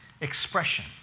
expression